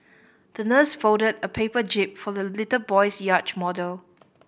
the nurse folded a paper jib for the little boy's yacht model